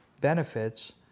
benefits